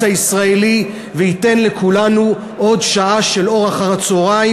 הישראלי וייתן לכולנו עוד שעה של אור אחר הצהריים.